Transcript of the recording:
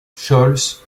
scholz